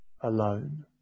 alone